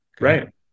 right